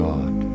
God